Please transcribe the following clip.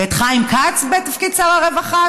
ואת חיים כץ בתפקיד שר הרווחה,